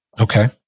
Okay